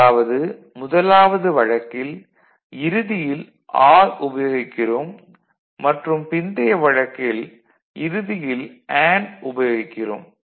அதாவது முதலாவது வழக்கில் இறுதியில் ஆர் உபயோகிக்கிறோம் மற்றும் பிந்தைய வழக்கில் இறுதியில் அண்டு உபயோகிக்கிறோம்